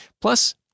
Plus